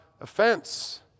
offense